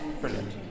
Brilliant